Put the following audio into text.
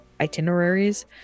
itineraries